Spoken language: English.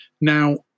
Now